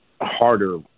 harder